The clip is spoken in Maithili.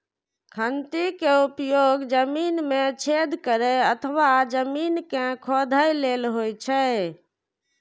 खंती के उपयोग जमीन मे छेद करै अथवा जमीन कें खोधै लेल होइ छै